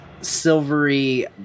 silvery